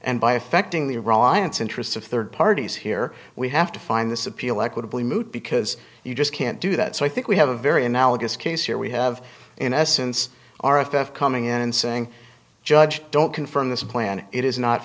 and by affecting the iranians interests of third parties here we have to find this appeal equitably moot because you just can't do that so i think we have a very analogous case here we have in essence our effect coming in and saying judge don't confirm this plan it is not